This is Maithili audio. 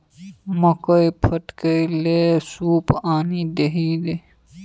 मकई फटकै लए सूप आनि दही ने